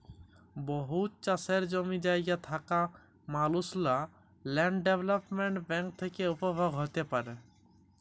বহুত চাষের জমি জায়গা থ্যাকা মালুসলা ল্যান্ড ডেভেলপ্মেল্ট ব্যাংক থ্যাকে উপভোগ হ্যতে পারে